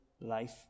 life